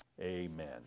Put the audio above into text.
amen